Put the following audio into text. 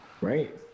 Right